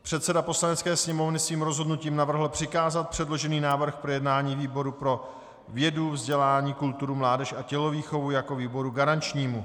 Předseda Poslanecké sněmovny svým rozhodnutím navrhl přikázat předložený návrh k projednání výboru pro vědu, vzdělání, kulturu, mládež a tělovýchovu jako výboru garančnímu.